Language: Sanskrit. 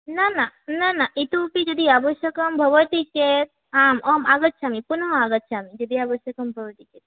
न न न न इतोऽपि यदि आवश्यकं भवति चेत् आम् अहम् आगच्छामि पुनः आगच्छामि यदि आवश्यकं भवति चेत्